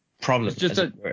problem